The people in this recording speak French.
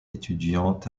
étudiante